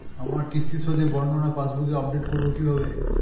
আমার কিস্তি শোধে বর্ণনা পাসবুক আপডেট করব কিভাবে?